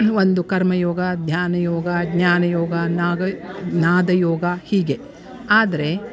ಒಂದು ಕರ್ಮ ಯೋಗ ಧ್ಯಾನ ಯೋಗ ಜ್ಞಾನ ಯೋಗ ನಾಗ ನಾದ ಯೋಗ ಹೀಗೆ ಆದರೆ